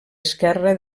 esquerra